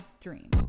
dream